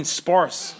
sparse